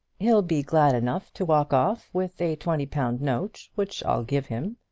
he'll be glad enough to walk off with a twenty-pound note, which i'll give him.